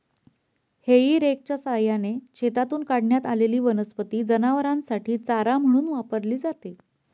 हेई रेकच्या सहाय्याने शेतातून काढण्यात आलेली वनस्पती जनावरांसाठी चारा म्हणून वापरली जाते